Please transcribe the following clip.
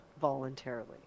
voluntarily